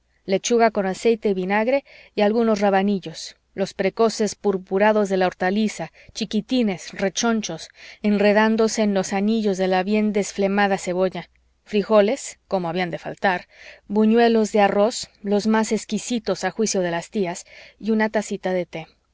lechuga con aceite y vinagre y algunos rabanillos los precoces purpurados de la hortaliza chiquitines rechonchos enredándose en los anillos de la bien desflemada cebolla fríjoles cómo habían de faltar buñuelos de arroz los más exquisitos a juicio de las tías y una tacita de té